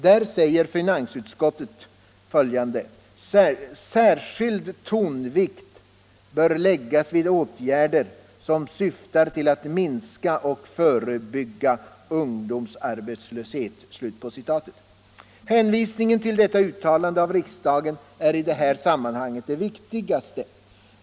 Där säger finansutskottet, att ”särskild tonvikt bör läggas vid åtgärder som syftar till att minska och förebygga ungdomsarbetslöshet”. Hänvisningen till detta uttalande av riksdagen är det i sammanhanget viktigaste.